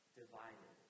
divided